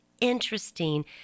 interesting